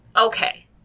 okay